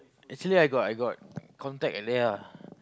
actually I got I got contact Leah